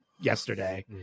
yesterday